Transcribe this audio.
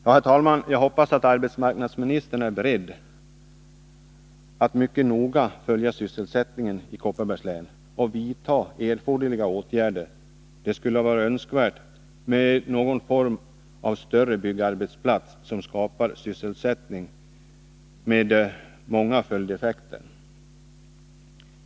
Fru talman! Jag hoppas att arbetsmarknadsministern är beredd att mycket noga följa sysselsättningsläget i Kopparbergs län och vidta erforderliga åtgärder. Det skulle vara önskvärt med någon form av större byggarbetsplats som skapar sysselsättning med många följdeffekter.